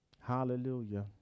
Hallelujah